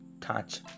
touch